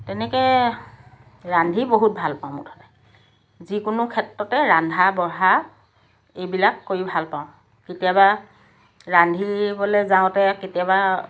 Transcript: তেনেকৈ ৰান্ধি বহুত ভাল পাওঁ মুঠতে যিকোনো ক্ষেত্ৰতে ৰন্ধা বঢ়া এইবিলাক কৰি ভাল পাওঁ কেতিয়াবা ৰান্ধিবলৈ যাওঁতে কেতিয়াবা